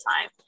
time